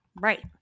Right